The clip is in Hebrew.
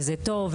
וזה טוב.